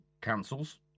councils